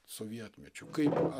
sovietmečiu kaip ant